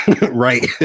Right